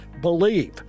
Believe